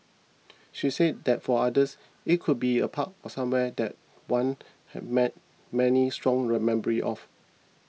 she says that for others it could be a park or somewhere that one has mat many strong read memories of